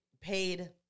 paid